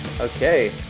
Okay